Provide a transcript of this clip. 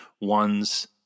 ones